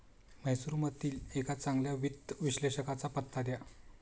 म्हैसूरमधील एका चांगल्या वित्त विश्लेषकाचा पत्ता द्या